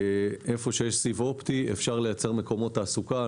היכן שיש סיב אופטי, אפשר לייצר מקומות תעסוקה.